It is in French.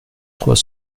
trois